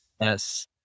Yes